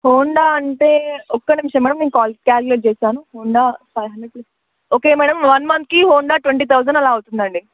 Honda అంటే ఒక నిమిషం మ్యాడమ్ నేను కాల్ క్యాల్కులేట్ చేస్తాను Honda five hundred plus okay madam one మంత్కి హోండా ట్వంటీ థౌసండ్ అలా అవుతుండి అండి